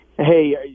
hey